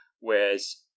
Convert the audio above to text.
whereas